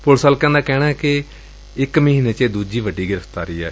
police ਹਲਕਿਆਂ ਦਾ ਕਹਿਣੈ ਕਿ ਇਕ ਮਹੀਨੇ ਚ ਇਹ ਦੁਜੀ ਵੱਡੀ ਗ੍ਰਿਫ਼ਤਾਰੀ ਏ